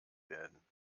werden